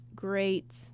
Great